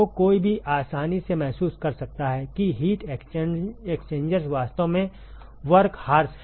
तो कोई भी आसानी से महसूस कर सकता है कि हीट एक्सचेंजर्स वास्तव में वर्कहॉर्स हैं